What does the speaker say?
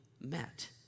met